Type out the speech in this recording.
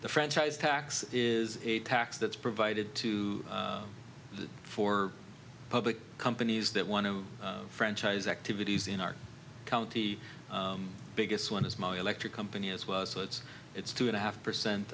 the franchise tax is a tax that's provided to four public companies that want to franchise activities in our county biggest one is my electric company as well so it's it's two and a half percent